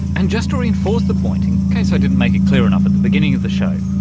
and just to reinforce the point in case i didn't make it clear enough at the beginning of the show,